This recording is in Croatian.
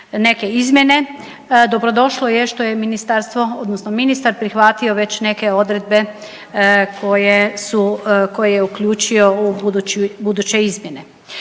neke izmjene. Dobrodošlo je što je Ministarstvo, odnosno ministar prihvatio već neke odredbe koje su, koje je uključio u buduće izmjene.